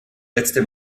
letzte